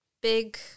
big